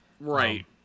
Right